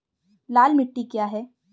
लाल मिट्टी क्या है?